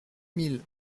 mille